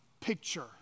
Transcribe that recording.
picture